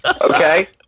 Okay